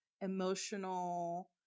emotional